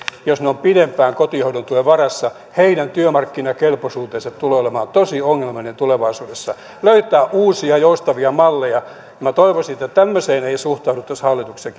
jos he ovat pidempään kotihoidon tuen varassa työmarkkinakelpoisuus tulee olemaan tosi ongelmainen tulevaisuudessa tulee löytää uusia joustavia malleja minä toivoisin että tämmöiseen ei suhtauduttaisi hallituksessa